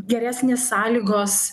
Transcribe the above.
geresnės sąlygos